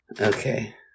Okay